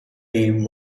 name